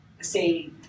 say